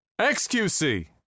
XQC